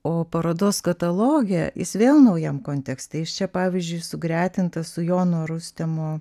o parodos kataloge jis vėl naujam kontekste jis čia pavyzdžiui sugretintas su jono rustemo